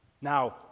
Now